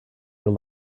your